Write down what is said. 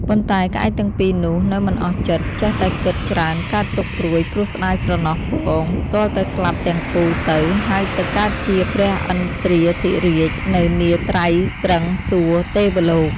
ប៉ុន្តែ ក្អែកទាំងពីរនោះ នៅមិនអស់ចិត្ត ចេះតែគិតច្រើនកើតទុក្ខព្រួយ ព្រោះស្តាយស្រណោះពង ទាល់តែស្លាប់ទាំងគូទៅ ហើយទៅកើតជាព្រះឥន្ទ្រាធិរាជ នៅនាត្រៃត្រិង្សសួគ៌ ទេវលោក ។